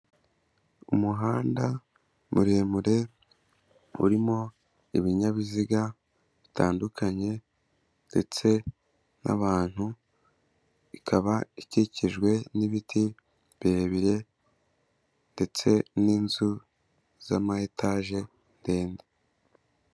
Umuhanda muremure urimo ibinyabiziga bitandukanye ndetse n'abantu, ikaba ikikijwe n'ibiti birebire ndetse n'inzu z'ama etaje ndende.